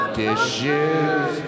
dishes